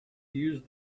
used